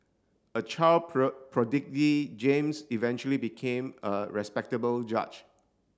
a child James eventually became a respectable judge